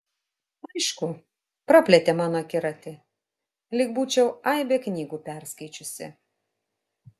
aišku praplėtė mano akiratį lyg būčiau aibę knygų perskaičiusi